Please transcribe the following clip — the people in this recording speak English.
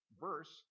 verse